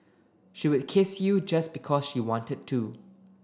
she would kiss you just because she wanted to